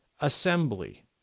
assembly